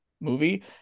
movie